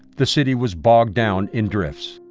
the city was bogged down in drifts.